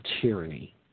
tyranny